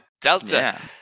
Delta